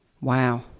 Wow